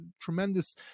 tremendous